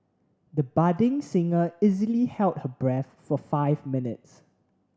the budding singer easily held her breath for five minutes